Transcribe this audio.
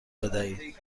بدهید